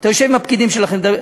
אתה יושב עם הפקידים שלכם ומדבר.